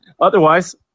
otherwise